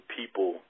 people